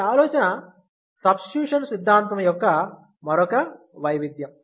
ఈ ఆలోచన సబ్స్టిట్యూషన్ సిద్ధాంతం యొక్క మరొక వైవిధ్యం